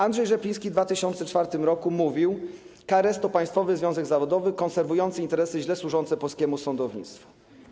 Andrzej Rzepliński w 2004 r. mówił: KRS to państwowy związek zawodowy konserwujący interesy źle służące polskiemu sądownictwu.